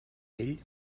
vell